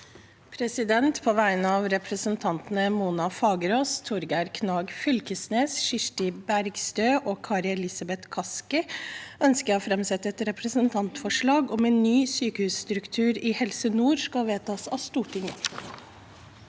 På vegne av repre- sentantene Mona Fagerås, Torgeir Knag Fylkesnes, Kirsti Bergstø, Kari Elisabeth Kaski og meg selv ønsker jeg å framsette et representantforslag om at ny sykehusstruktur i Helse Nord vedtas av Stortinget.